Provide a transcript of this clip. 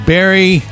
Barry